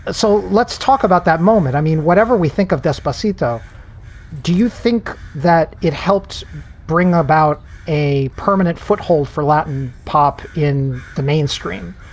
ah so let's talk about that moment. i mean, whatever we think of despacito, do you think that it helped bring about a permanent foothold for latin pop in the mainstream?